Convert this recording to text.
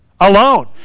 Alone